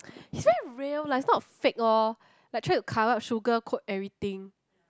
this one is real lah it's not fake orh like try to cover the sugar coat everything